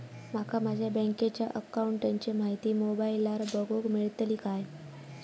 माका माझ्या बँकेच्या अकाऊंटची माहिती मोबाईलार बगुक मेळतली काय?